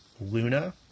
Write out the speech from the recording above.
Luna